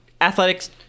athletics